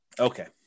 Okay